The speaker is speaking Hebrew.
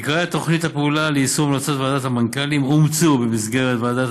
עיקרי תוכנית הפעולה ליישום המלצות ועדת המנכ"לים אומצו במסגרת ועדת